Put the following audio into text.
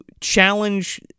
challenge